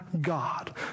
God